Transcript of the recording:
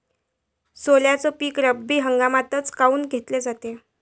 सोल्याचं पीक रब्बी हंगामातच काऊन घेतलं जाते?